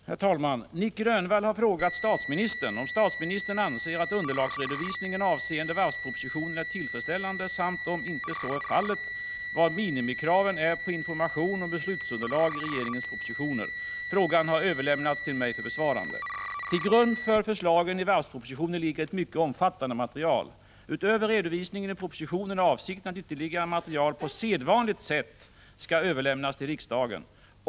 Herr talman! Nic Grönvall har frågat statsministern om statsministern anser att underlagsredovisningen avseende varvspropositionen är tillfredsställande samt om så inte är fallet, vad minimikraven är på information om beslutsunderlag i regeringens propositioner. Frågan har överlämnats till mig för besvarande. Till grund för förslagen i varvspropositionen ligger ett mycket omfattande material. Utöver redovisningen i propositionen är avsikten att ytterligare material på sedvanligt sätt skall överlämnas till riksdagen.